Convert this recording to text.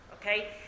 Okay